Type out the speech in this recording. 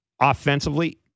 offensively